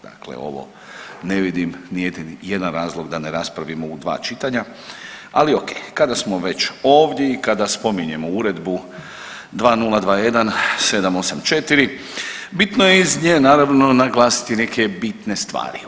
Dakle, ovo ne vidim ni jedan razlog da ne raspravimo u dva čitanja, ali ok kada smo već ovdje i kada spominjemo uredbu 2021 784 bitno je iz nje naravno naglasiti neke bitne stvari.